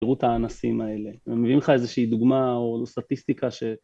תראו את האנסים האלה, הם מביאים לך איזושהי דוגמה או סטטיסטיקה ש...